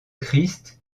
christ